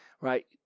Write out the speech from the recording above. right